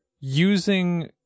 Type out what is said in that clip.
using